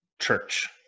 church